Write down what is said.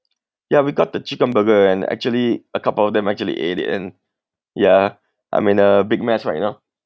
yeah we got the chicken burger and actually a couple of them actually ate it and ya I'm in a big mess right now